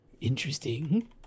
Interesting